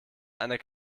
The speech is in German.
einer